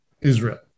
Israel